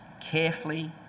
carefully